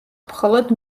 მხოლოდ